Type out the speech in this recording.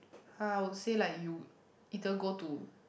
uh I would say like you either go to